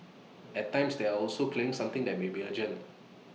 at times they are also clearing something that may be urgent